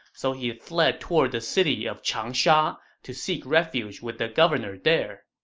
so he fled toward the city of changsha to seek refuge with the governor there.